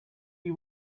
you